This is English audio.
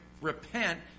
repent